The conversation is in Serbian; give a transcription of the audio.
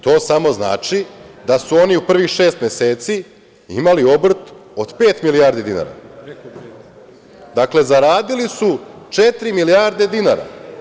To samo znači da su oni u prvih šest meseci imali obrt od pet milijardi dinara, dakle, zaradili su četiri milijarde dinara.